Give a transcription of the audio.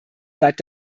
bleibt